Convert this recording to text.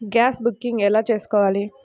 Gas booking ఎలా చేసుకోవాలి?